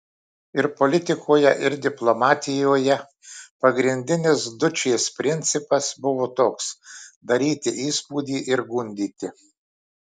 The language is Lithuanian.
ir politikoje ir diplomatijoje pagrindinis dučės principas buvo toks daryti įspūdį ir gundyti